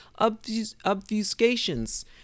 obfuscations